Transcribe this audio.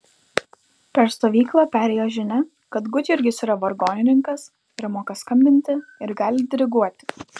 per stovyklą perėjo žinia kad gudjurgis yra vargonininkas ir moka skambinti ir gali diriguoti